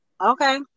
okay